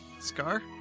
Scar